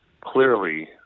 clearly